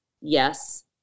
yes